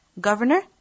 Governor